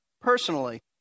personally